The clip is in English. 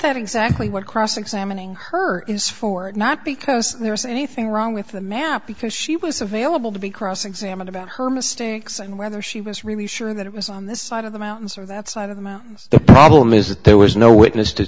that exactly what cross examining her is for it not because there's anything wrong with the map because she was available to be cross examined about her mistakes and whether she was really sure that it was on this side of the mountains or that side of the mountains the problem is that there was no witness to